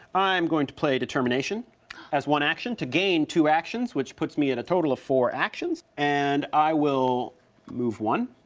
i'm going to play determination as one action to gain two actions, which puts me at a total of four actions. and i will move one